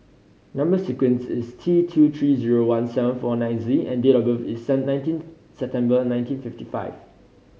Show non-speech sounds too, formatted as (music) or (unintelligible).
number sequence is T two three zero one seven four nine Z and date of birth is (unintelligible) nineteen September nineteen fifty five